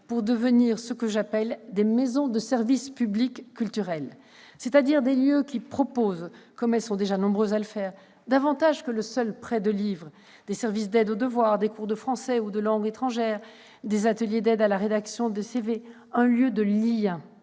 pour devenir ce que j'appelle des « maisons de services publics culturels », c'est-à-dire des lieux qui proposent, comme elles sont déjà nombreuses à le faire, plus que le seul prêt de livres : des services d'aide aux devoirs, des cours de français ou de langues étrangères, des ateliers d'aide à la rédaction de CV. Il s'agit